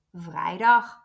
Vrijdag